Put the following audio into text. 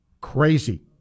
crazy